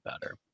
better